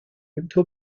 into